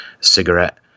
cigarette